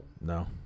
No